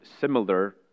similar